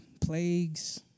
plagues